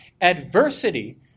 Adversity